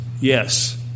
yes